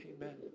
Amen